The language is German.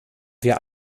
wir